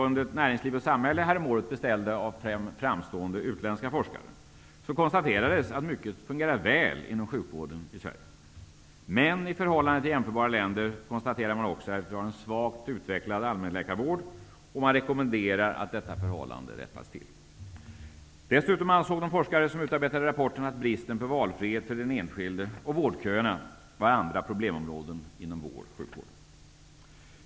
Näringsliv och Samhälle häromåret beställde av fem framstående utländska forskare konstaterades att mycket fungerar väl inom sjukvården i Sverige, men man konstaterade också att vi i förhållande till andra länder har en svagt utvecklad allmänläkarvård, och man rekommenderar att detta förhållande rättas till. Dessutom ansåg de forskare som utarbetade rapporten att bristen på valfrihet för den enskilde och vårdköerna var andra problemområden inom vård och sjukvård.